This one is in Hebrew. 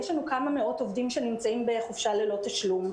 יש לנו כמה מאות עובדים שנמצאים בחופשה ללא תשלום.